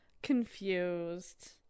confused